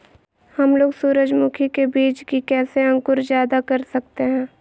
हमलोग सूरजमुखी के बिज की कैसे अंकुर जायदा कर सकते हैं?